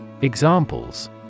Examples